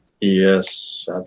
Yes